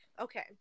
okay